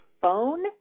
phone